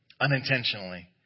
Unintentionally